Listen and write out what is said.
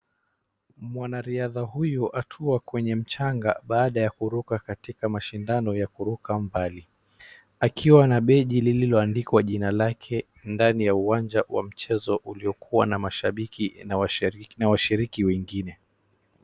Mwanariadha huyu atua kwenye mchanga baada ya kuruka katika mashindano ya kuruka mbali, akiwa na beji lililoandikwa jina lake ndani ya uwanja wa mchezo uliokuwa na mashabiki na washiriki wengine.